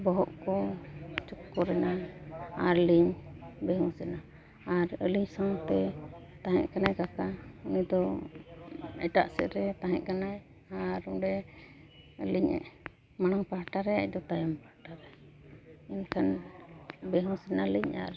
ᱵᱚᱦᱚᱜ ᱠᱚ ᱪᱚᱠᱠᱚᱨ ᱮᱱᱟ ᱟᱨᱞᱤᱧ ᱵᱮᱦᱩᱸᱥ ᱮᱱᱟ ᱟᱨ ᱟᱹᱞᱤᱧ ᱥᱟᱶᱛᱮ ᱛᱟᱦᱮᱸ ᱠᱟᱱᱟᱭ ᱠᱟᱠᱟ ᱩᱱᱤ ᱫᱚ ᱮᱴᱟᱜ ᱥᱮᱫᱨᱮ ᱛᱟᱦᱮᱸ ᱠᱟᱱᱟᱭ ᱟᱨ ᱚᱸᱰᱮ ᱟᱹᱞᱤᱧ ᱢᱟᱲᱟᱝ ᱯᱟᱦᱴᱟ ᱨᱮ ᱟᱡᱫᱚ ᱛᱟᱭᱚᱢ ᱯᱟᱦᱴᱟ ᱨᱮ ᱮᱱᱠᱷᱟᱱ ᱵᱮᱦᱩᱸᱥ ᱮᱱᱟᱞᱤᱧ ᱟᱨ